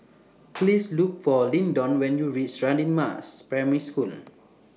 Please Look For Lyndon when YOU REACH Radin Mas Primary School